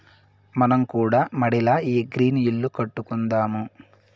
మనం కూడా మడిల ఈ గ్రీన్ ఇల్లు కట్టుకుందాము